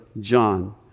John